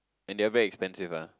and they're very expensive ah